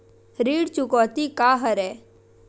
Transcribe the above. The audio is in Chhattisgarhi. ऋण चुकौती का हरय?